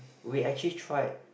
we actually tried